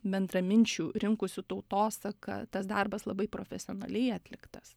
bendraminčių rinkusių tautosaką tas darbas labai profesionaliai atliktas